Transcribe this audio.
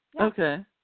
okay